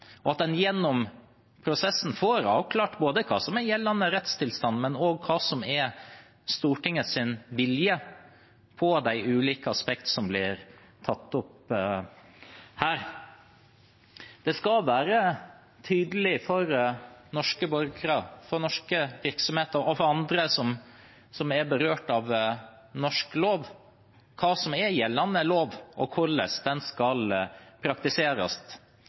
og hva som er Stortingets vilje i de ulike aspektene som blir tatt opp her. Det skal være tydelig for norske borgere, for norske virksomheter og for andre som er berørt av norsk lov, hva som er gjeldende lov, og hvordan den skal praktiseres.